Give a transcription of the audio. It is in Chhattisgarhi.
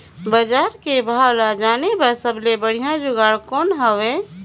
बजार के भाव ला जाने बार सबले बढ़िया जुगाड़ कौन हवय?